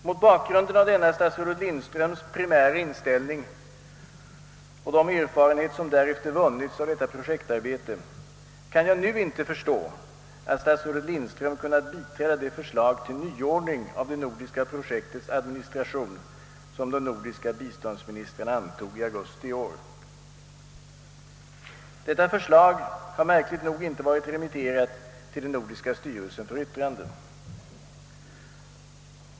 Mot bakgrunden av denna statsrådet Lindströms primära inställning och de erfarenheter som därefter vunnits av detta projektarbete, kan jag inte förstå, att statsrådet Lindström kunnat biträda det förslag till nyordning av det nordiska projektets administration som de nordiska biståndsministrarna antog i augusti i år. Detta förslag har märkligt nog inte varit remitterat till den nordiska styrelsen för yttrande.